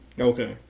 Okay